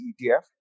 ETF